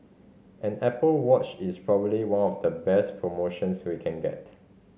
an Apple Watch is probably one of the best promotions we can get